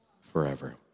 forever